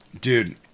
Dude